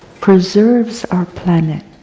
preserves our planet,